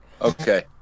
Okay